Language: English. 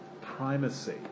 primacy